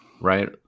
right